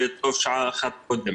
וטוב שעה אחת קודם.